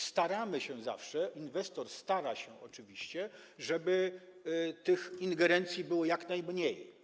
Staramy się zawsze, inwestor stara się oczywiście, żeby tych ingerencji było jak najmniej.